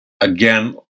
again